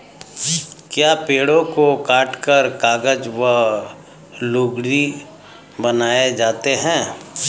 क्या पेड़ों को काटकर कागज व लुगदी बनाए जाते हैं?